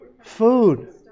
Food